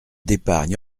d’épargne